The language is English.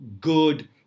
good